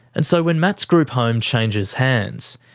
and so when matt's group home changes hands,